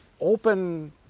open